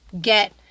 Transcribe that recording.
get